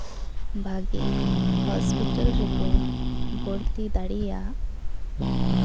ᱵᱷᱟᱹᱜᱤ ᱦᱚᱥᱯᱤᱴᱟᱞ ᱨᱮᱠᱚ ᱵᱷᱚᱨᱛᱤ ᱫᱟᱲᱮᱭᱟᱜ